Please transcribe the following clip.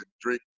drink